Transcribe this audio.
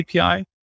API